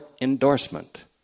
endorsement